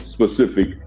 specific